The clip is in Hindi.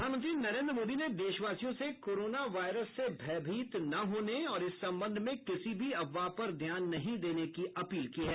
प्रधानमंत्री नरेंद्र मोदी ने देशवासियों से कोरोना वायरस से भयभीत न होने और इस संबंध में किसी भी अफवाह पर ध्यान नहीं देने की अपील की है